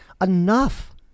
enough